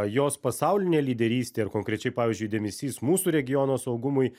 jos pasaulinė lyderystė ir konkrečiai pavyzdžiui dėmesys mūsų regiono saugumui